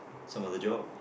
some other job